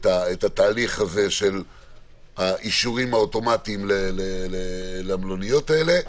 התהליך הזה של האישורים האוטומטיים למלוניות האלה.